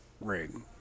ring